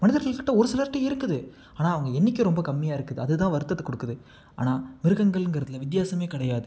மனிதர்கள்கிட்டே ஒரு சிலர்கிட்ட இருக்குது ஆனால் அவங்க எண்ணிக்கை ரொம்ப கம்மியாக இருக்குது அதுதான் வருத்தத்தை கொடுக்குது ஆனால் மிருகங்கள்ங்கிறதுல வித்தியாசமே கிடையாது